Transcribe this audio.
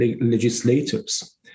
legislators